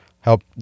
Help